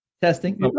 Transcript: Testing